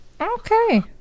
Okay